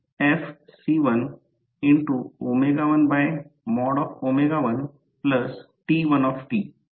तर हे एक 3 फेज तयार करते ज्याला फिरणारे चुंबकीय क्षेत्र म्हणतात